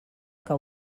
que